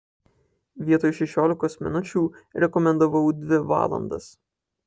vietoj šešiolikos minučių rekomendavau dvi valandas